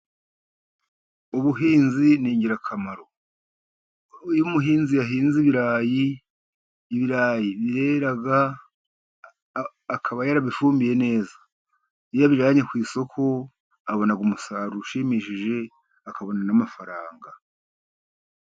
Ubuhinzi ni ingirakamaro. Iyo umuhinzi yahinze ibirayi, ibirayi birera akaba yarabifumbiye neza. Iyo abijyanye ku isoko abona umusaruro ushimishije akabona n' amafaranga.